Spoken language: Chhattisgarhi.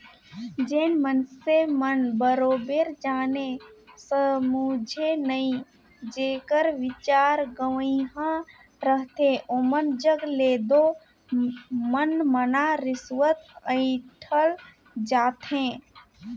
जेन मइनसे मन बरोबेर जाने समुझे नई जेकर बिचारा गंवइहां रहथे ओमन जग ले दो मनमना रिस्वत अंइठल जाथे